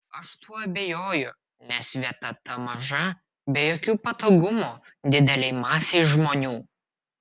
aš tuo abejoju nes vieta ta maža be jokių patogumų didelei masei žmonių